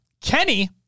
Kenny